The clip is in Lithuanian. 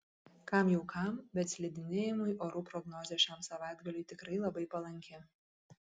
kam jau kam bet slidinėjimui orų prognozė šiam savaitgaliui tikrai labai palanki